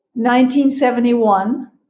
1971